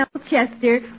Chester